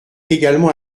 également